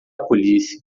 policia